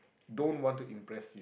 don't want to impress